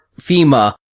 FEMA